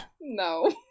no